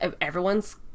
everyone's